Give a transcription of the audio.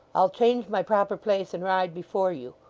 i'll change my proper place, and ride before you.